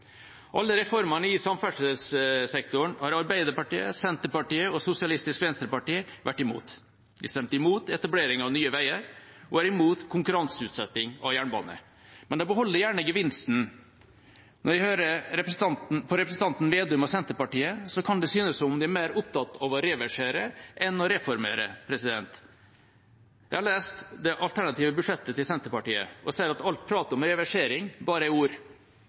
Alle reformene i samferdselssektoren har Arbeiderpartiet, Senterpartiet og SV vært imot. De stemte imot etablering av Nye Veier og er imot konkurranseutsetting av jernbane. Men de beholder gjerne gevinsten. Når jeg hører på representanten Slagsvold Vedum og Senterpartiet, kan det synes som om de er mer opptatt av å reversere enn å reformere. Jeg har lest det alternative budsjettet til Senterpartiet og ser at alt pratet om reversering bare er ord.